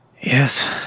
Yes